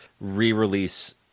re-release